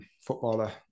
footballer